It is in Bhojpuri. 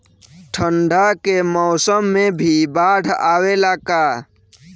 ठंडा के मौसम में भी बाढ़ आवेला का?